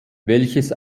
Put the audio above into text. welches